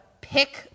Pick